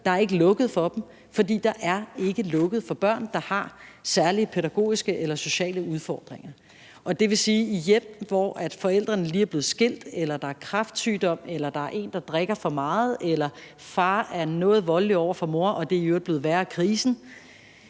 Der er ikke lukket for dem, for der er ikke lukket for børn, der har særlige pædagogiske eller sociale udfordringer. Det vil sige, at i hjem, hvor forældrene lige er blevet skilt, hvor der er kræftsygdom, eller hvor der er en, der drikker for meget, eller hvor far er noget voldelig over for mor, hvilket i øvrigt er blevet værre af krisen,